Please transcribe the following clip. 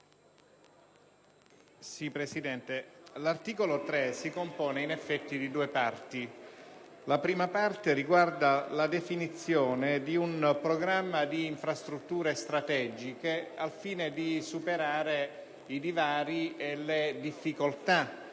l'articolo 3 si compone di due parti. La prima è relativa alla definizione di un programma di infrastrutture strategiche al fine di superare i divari e le difficoltà